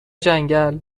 جنگل